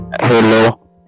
Hello